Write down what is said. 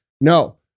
No